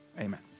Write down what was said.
Amen